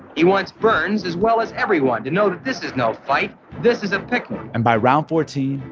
he wants burns, as well as everyone, to know that this is no fight this is a picnic and by round fourteen,